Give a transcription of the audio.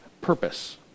purpose